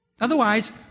Otherwise